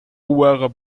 wear